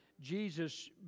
Jesus